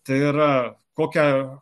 tai yra kokią